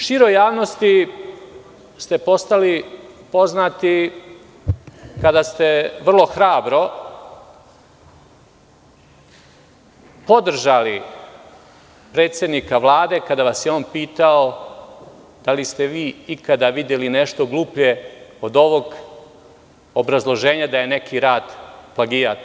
Široj javnosti ste postali poznati kada ste vrlo hrabro podržali predsednika Vlade kada vas je on pitao – da li ste vi ikada videli nešto gluplje od ovog obrazloženja da je neki rad plagijat?